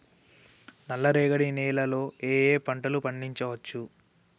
నల్లరేగడి నేల లో ఏ ఏ పంట లు పండించచ్చు?